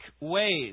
ways